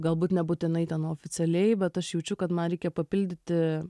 galbūt nebūtinai ten oficialiai bet aš jaučiu kad man reikia papildyti